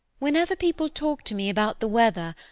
whenever people talk to me about the weather,